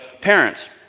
parents